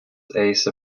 subordinate